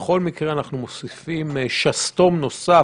אנחנו מוסיפים שסתום נוסף,